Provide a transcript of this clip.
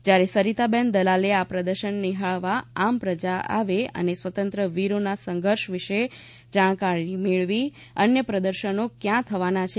જ્યારે સરિતાબેન દલાલે આ પ્રદર્શન નિફાળવા આમ પ્રજા આવે અને સ્વતંત્ર વીરોના સંઘર્ષ વિશે જાણકારી મેળવી અન્ય પ્રદર્શનો ક્યાં થવાના છે